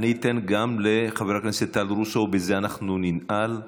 אני אתן גם לחבר הכנסת טל, ובזה אנחנו ננעל,